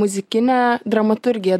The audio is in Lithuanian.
muzikinę dramaturgiją